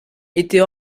était